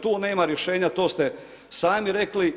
Tu nema rješenja, to ste sami rekli.